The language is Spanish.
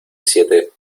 siete